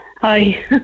Hi